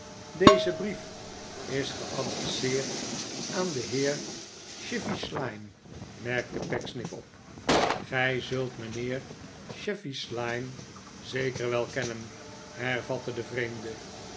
deze brief is geadresseerd aan den heer chevy slyme merkte pecksniff op gij zult mijnheer chevy slyme zeker wel kennen hervatte de vreemde